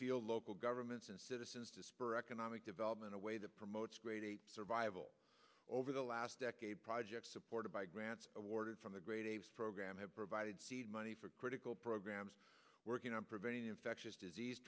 field local governments and citizens to spur economic development a way that promotes great survival over the last decade projects supported by grants awarded from the great program have provided seed money for critical programs working on preventing infectious disease